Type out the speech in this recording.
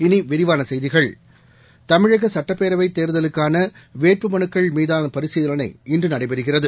இனிவிரிவானசெய்திகள் தமிழகசட்டப்பேரவைத் தேர்தலுக்கானவேட்புமலுக்கள் மீதானபரிசீலனை இன்றுநடைபெறுகிறது